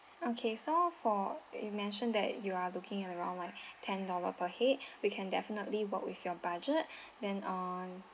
okay so for you mentioned that you are looking around like ten dollar per head we can definitely work with your budget then on